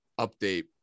update